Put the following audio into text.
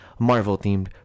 Marvel-themed